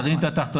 תרים את התחתונים.